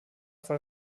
fall